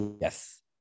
Yes